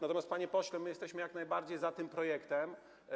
Natomiast, panie pośle, my jesteśmy jak najbardziej za tym projektem.